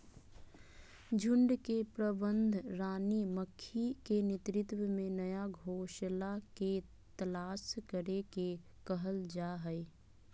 झुंड के प्रबंधन रानी मक्खी के नेतृत्व में नया घोंसला के तलाश करे के कहल जा हई